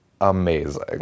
amazing